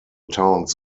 towns